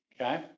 Okay